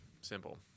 simple